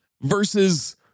versus